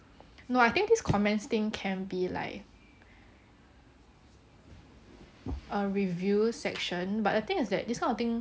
no I think this comments thing can be like a reviews section but the thing is that this kind of thing